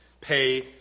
pay